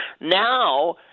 Now